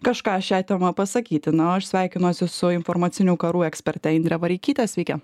kažką šia tema pasakyti na o aš sveikinuosi su informacinių karų eksperte indre vareikyte sveiki